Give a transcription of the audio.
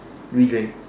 free drink